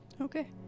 Okay